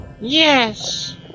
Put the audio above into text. Yes